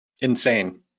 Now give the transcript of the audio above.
insane